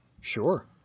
Sure